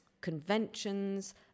conventions